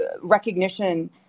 recognition